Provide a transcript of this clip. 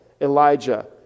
Elijah